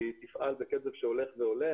והיא תפעל בקצב שהולך ועולה,